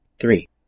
Three